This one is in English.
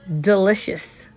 delicious